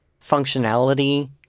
functionality